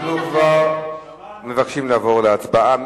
אנחנו כבר מבקשים לעבור להצבעה.